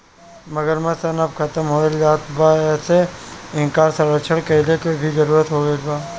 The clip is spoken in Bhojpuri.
मगरमच्छ सन अब खतम होएल जात बा एसे इकर संरक्षण कईला के भी जरुरत हो गईल बा